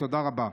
תודה רבה.